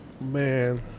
man